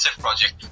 project